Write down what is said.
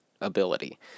ability